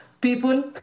people